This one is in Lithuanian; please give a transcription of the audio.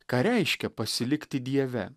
ką reiškia pasilikti dieve